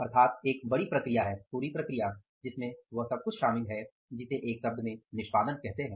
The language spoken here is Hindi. अर्थात एक बड़ी प्रक्रिया है पूरी प्रक्रिया जिसमें वह सब कुछ शामिल है जिसे एक शब्द में निष्पादन कहते हैं